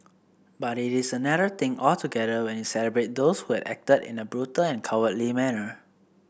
but it is another thing altogether when you celebrate those who had acted in a brutal and cowardly manner